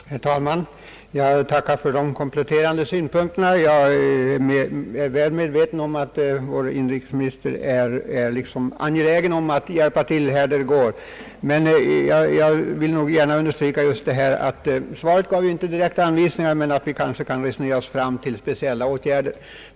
Herr talman! Jag tackar för de kompletterande synpunkterna. Jag är väl medveten om att vår inrikesminister är angelägen om att hjälpa till där det går. Jag vill gärna understryka att svaret inte gav några direkta anvisningar, men att vi kanske kan resonera oss fram till speciella åtgärder.